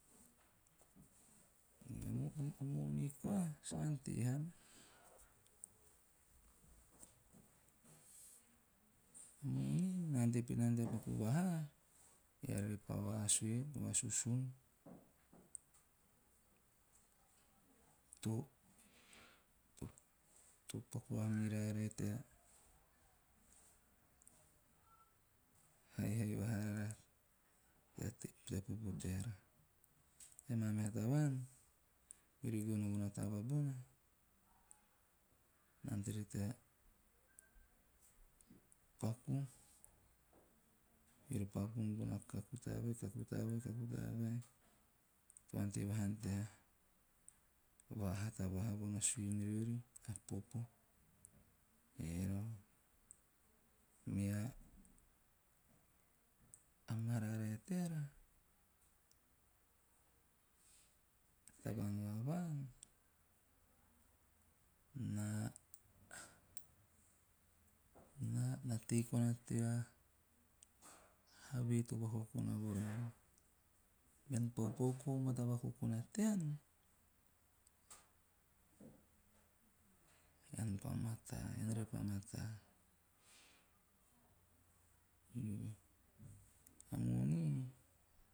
moni koa sa ante haana. Moni na ante nana tea paku vaha eara pa vasue vasuasun to paku vavaha mirara e tea haihai vaha arara tea popo teara. Tea maa meha tavaan, beori beori gono taba bona na anteri tea paku eori pa gono bona kaku taba vai - to ante vahana tea va hata vaha bona suin riori, ae popo mea - mararae teara tavaan va vaan na tei koana tea have ti vakokona vo raara. Bean paupau kou o mata vakokona tean, ean pa mataa, ean repa mataa. Eove a mmoni.